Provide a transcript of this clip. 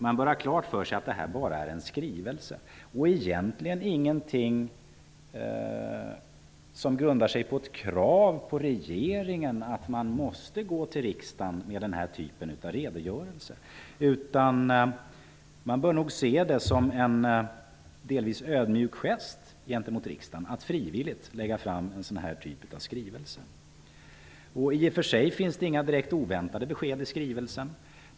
Man bör ha klart för sig att det här bara är en skrivelse och egentligen ingenting som grundar sig på ett krav på regeringen att den måste gå till riksdagen med den här typen av redogörelser. Man bör nog se det som en delvis ödmjuk gest gentemot riksdagen att frivilligt lägga fram en sådan här typ av skrivelse. I och för sig finns det inga direkt oväntade besked i skrivelsen.